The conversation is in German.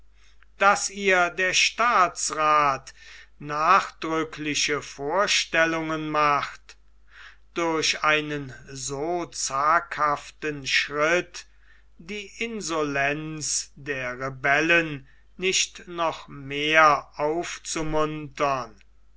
daß ihr der staatsrath nachdrückliche vorstellungen macht durch einen so zaghaften schritt die insolenz der rebellen nicht noch mehr aufzumuntern